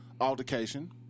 altercation